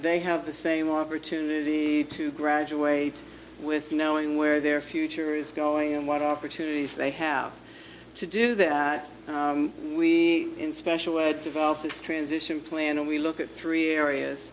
they have the same opportunity to graduate with knowing where their future is going and what opportunities they have to do that we in special develop this transition plan and we look at three areas